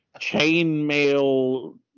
chainmail